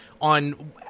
on